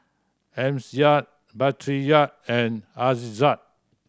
Amsyar Batrisya and Aizat